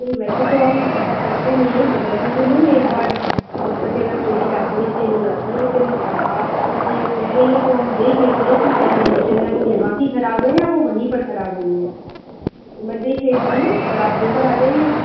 नहीं वैसे तो हम ऐसा करते नहीं है बदलते तो नहीं है एक बार पुस्तकें जब चली जाती हैं सेल हो जाती हैं लेकिन अब आप क्योंकि अब कह रही है तो हम देख लेते हैं कि क्या कंडीशन है वह यहाँ की ख़राब है या वह वहीं पर ख़राब हुई हैं तो मैं देख लेती हूँ और आप लेकर आ जाइए उन